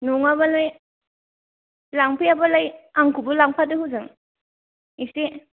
नङाबालाय लांफैयाबालाय आंखौबो लांफादो हजों एसे